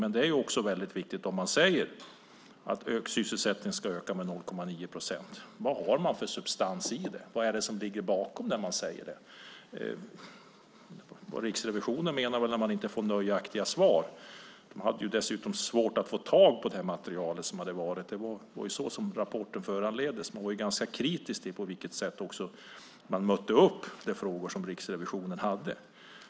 Men om man säger att sysselsättningen ska öka med 0,9 procent är det väldigt viktigt att få veta: Vad har man för substans i det? Vad är det som ligger bakom när man säger det? Riksrevisionen menar väl att de inte får nöjaktiga svar. De hade dessutom svårt att få tag i detta material. Det var det som föranledde rapporten. De var också ganska kritiska till på vilket sätt de frågor som Riksrevisionen hade bemöttes.